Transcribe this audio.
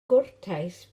gwrtais